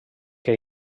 que